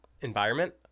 environment